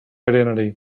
identity